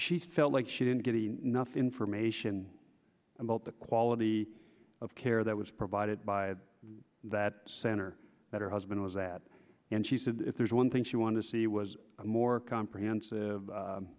she felt like she didn't get enough information about the quality of care that was provided by that center that her husband was at and she said if there's one thing she wanted to see was more comprehensive